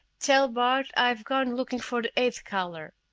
tell bart i've gone looking for the eighth color.